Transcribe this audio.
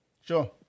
Sure